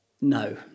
No